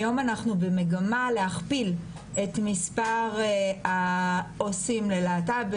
היום אנחנו במגמה להכפיל את מספר העובדים הסוציאליים ללהט"ב,